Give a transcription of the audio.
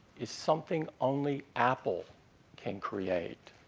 is something only apple can create.